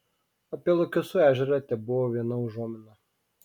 apie luokesų ežerą tebuvo viena užuomina